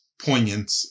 poignant